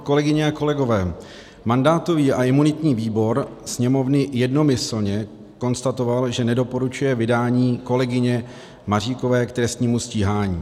Kolegyně a kolegové, mandátový a imunitní výbor Sněmovny jednomyslně konstatoval, že nedoporučuje vydání kolegyně Maříkové k trestnímu stíhání.